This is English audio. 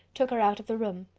took her out of the room.